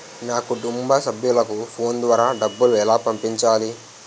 నా కుటుంబ సభ్యులకు ఫోన్ ద్వారా డబ్బులు ఎలా పంపించాలి?